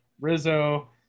Rizzo